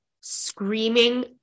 screaming